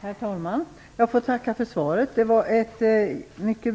Herr talman! Jag får tacka för svaret. Det var ett mycket